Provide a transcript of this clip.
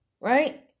right